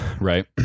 right